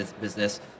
business